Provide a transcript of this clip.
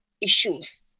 issues